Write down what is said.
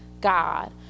god